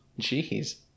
Jeez